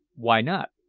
why not?